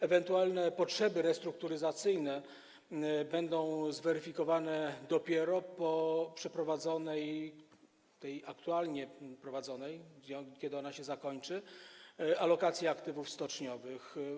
Ewentualne potrzeby restrukturyzacyjne będą zweryfikowane dopiero po przeprowadzeniu aktualnie dokonywanej - wtedy kiedy ona się zakończy - alokacji aktywów stoczniowych.